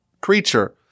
creature